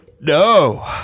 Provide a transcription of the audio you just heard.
No